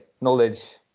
knowledge